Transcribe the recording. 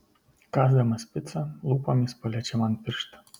kąsdamas picą lūpomis paliečia man pirštą